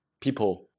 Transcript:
people